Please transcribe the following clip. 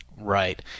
Right